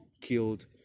killed